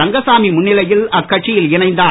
ரங்கசாமி முன்னிலையில் அக்கட்சியில் இணைந்தார்